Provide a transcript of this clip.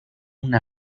una